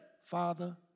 Father